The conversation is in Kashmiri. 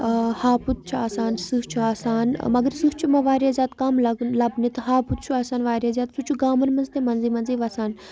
ہاپُتھ چھُ آسان سٕہہ چھُ آسان مگر سٕہہ چھُمو واریاہ زیادٕ کَم لَگ لَبنہٕ تہٕ ہاپُتھ چھِ آسان واریاہ زیادٕ سُہ چھُ گامَن منٛز تہِ منٛزٕ منٛزٕ وَسان